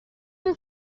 اون